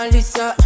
Lisa